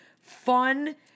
fun